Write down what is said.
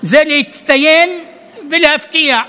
להצטיין ולהפתיע.